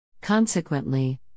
Consequently